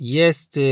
jest